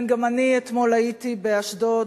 כן, גם אני אתמול הייתי באשדוד,